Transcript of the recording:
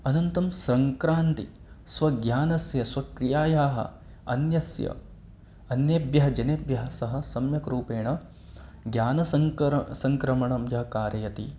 अनन्तरं सङ्क्रान्ति स्वज्ञानस्य स्वक्रियायाः अन्यस्य अन्येभ्यः जनेभ्यः सः सम्यक्रूपेण ज्ञानसङ्करः सङ्क्रमणं यः कारयति